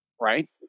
right